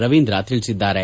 ರವೀಂದ್ರ ತಿಳಿಸಿದ್ದಾರೆ